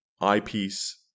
eyepiece